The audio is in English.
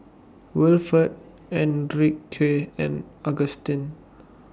Wilford Enrique and Agustin